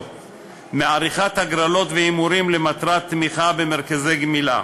מעריכת הגרלות והימורים למטרת תמיכה במרכזי גמילה.